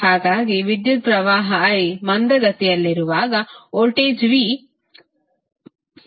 ಹಾಗಾಗಿ ವಿದ್ಯುತ್ ಪ್ರವಾಹ I ಮಂದಗತಿಯಲ್ಲಿರುವಾಗ ವೋಲ್ಟೇಜ್ V ಫಾಸರ್ ಮುನ್ನಡೆಸುತ್ತಿದೆ